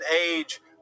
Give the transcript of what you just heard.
age